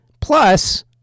Plus